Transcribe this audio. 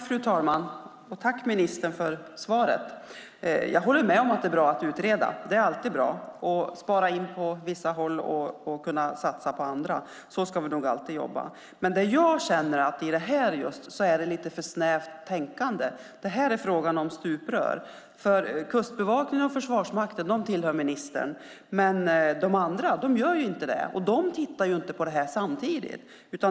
Fru talman! Tack, ministern, för svaret! Jag håller med om att det är bra att utreda. Det är alltid bra att spara in på vissa håll och satsa på andra. Så ska vi nog alltid jobba. Här känner jag att det är lite för snävt tänkande. Här är det fråga om stuprör. Kustbevakningen och Försvarsmakten tillhör ministern, men de andra gör inte det. De tittar inte på detta samtidigt.